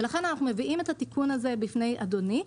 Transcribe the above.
ולכן אנחנו מביאים את התיקון הזה בפני אדוני.